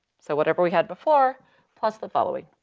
so whatever we had before plus the following.